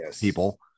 people